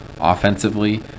offensively